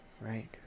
right